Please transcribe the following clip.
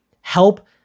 help